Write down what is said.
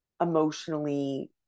emotionally